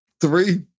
three